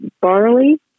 barley